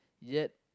yet